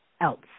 else